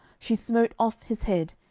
she smote off his head,